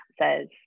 says